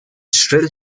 shrill